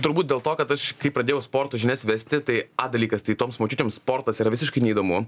turbūt dėl to kad aš kai pradėjau sporto žinias vesti tai a dalykas tai toms močiutėms sportas yra visiškai neįdomu